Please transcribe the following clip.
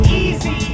easy